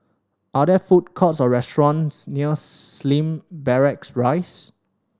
are there food courts or restaurants near Slim Barracks Rise